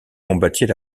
combattit